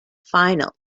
final